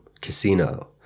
Casino